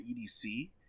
EDC